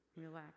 Relax